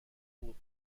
بود